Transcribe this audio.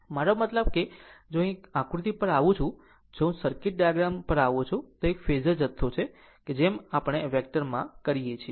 મારો મતલબ કે જો હું તેને આકૃતિ પર આવું છું જો હું સર્કિટ ડાયાગ્રામ પર આવું છું તે એક ફેઝર જથ્થો છે જેમ આપણે વેક્ટરમાં કરીએ છીએ